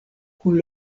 kun